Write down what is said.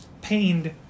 pained